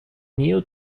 new